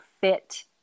fit